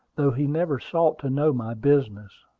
though he never sought to know my business.